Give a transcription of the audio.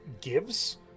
gives